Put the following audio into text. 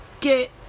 get